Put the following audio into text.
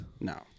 No